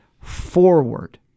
forward